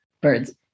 birds